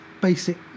basic